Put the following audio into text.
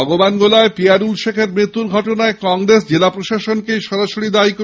ভগবানগোলায় পিয়ারুল শেখের মৃত্যুর ঘটনায় কংগ্রেস জেলা প্রশাসনকেই সরাসরি দায়ী করেছেন